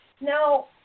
Now